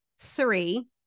three